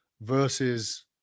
versus